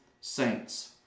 saints